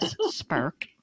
spark